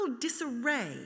disarray